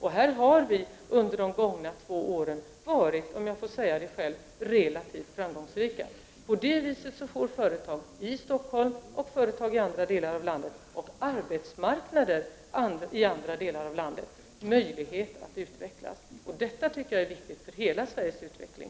Här har vi under de gångna två åren, om jag får säga det själv, varit relativt framgångsrika. På det viset får företag och arbetsmarknaden i Stockholm och andra delar av landet möjlighet att utvecklas. Detta tycker jag är viktigt för hela Sveriges utveckling.